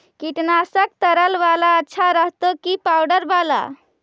कीटनाशक तरल बाला अच्छा रहतै कि पाउडर बाला?